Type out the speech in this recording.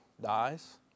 dies